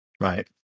right